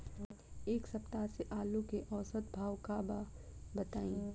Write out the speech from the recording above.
एक सप्ताह से आलू के औसत भाव का बा बताई?